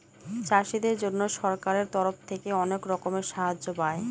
চাষীদের জন্য সরকারের তরফ থেকে অনেক রকমের সাহায্য পায়